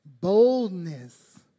boldness